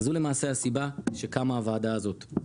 זו למעשה הסיבה שקמה הוועדה הזאת,